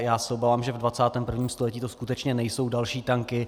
Já se obávám, že ve 21. století to skutečně nejsou další tanky.